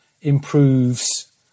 improves